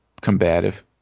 combative